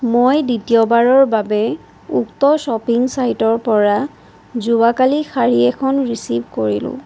মই দ্বিতীয়বাৰৰ বাবে উক্ত শ্বপিং ছাইটৰ পৰা যোৱাকালি শাৰী এখন ৰিচিভ কৰিলোঁ